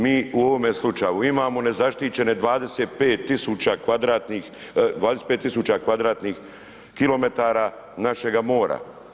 Mi u ovome slučaju imamo nezaštićene 25 tisuća kvadratnih kilometara našega mora.